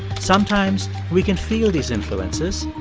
sometimes we can feel these influences.